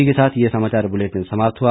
इसी के साथ ये समाचार बुलेटिन समाप्त हुआ